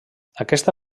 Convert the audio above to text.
aquesta